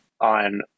on